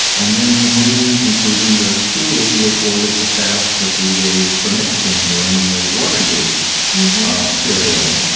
and then the moonies, including yours, truly was ordered to fast for three days for nixon during the watergate period.